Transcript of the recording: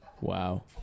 Wow